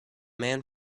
man